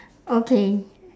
okay